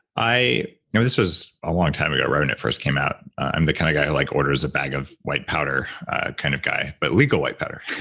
i know this was a long time ago rather when and it first came out. i'm the kind of guy who like orders a bag of white powder kind of guy, but legal white powder.